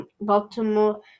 Baltimore